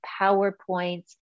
PowerPoints